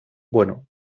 bueno